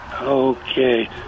Okay